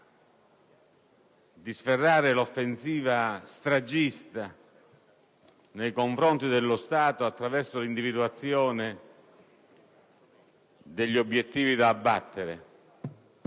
di sferrare l'offensiva stragista nei confronti dello Stato attraverso l'individuazione degli obiettivi da abbattere,